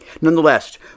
Nonetheless